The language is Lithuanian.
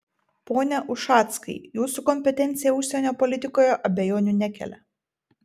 pone ušackai jūsų kompetencija užsienio politikoje abejonių nekelia